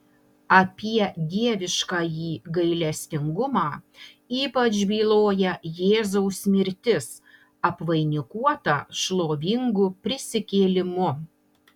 apie dieviškąjį gailestingumą ypač byloja jėzaus mirtis apvainikuota šlovingu prisikėlimu